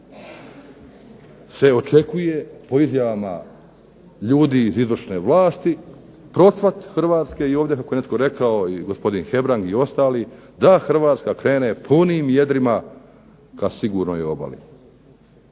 jer se očekuje po izjavama ljudi iz izvršne vlasti procvat Hrvatske i ovdje kako je netko rekao i gospodin Hebrang i ostali da Hrvatska krene punim jedrima ka sigurnoj obali,